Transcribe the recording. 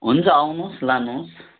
हुन्छ आउनु होस् लानु होस्